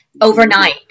overnight